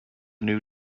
new